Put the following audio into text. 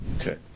Okay